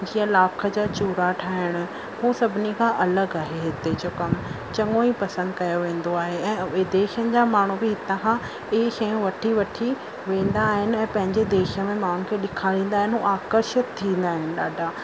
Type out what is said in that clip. जीअं लाख जा चूड़ा ठाहिण हू सभिनी खां अलॻि आहे हिते जो कमु चङो ई पसंदि कयो वेंदो आहे ऐं विदेशनि जा माण्हू बि हितां खां ई शयूं वठी वठी वेंदा आहिनि ऐं पंहिंजे देश में माण्हुनि खे ॾेखारींदा आहिनि आकर्षित थींदा आहिनि ॾाढा